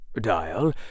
dial